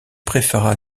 préféra